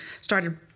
started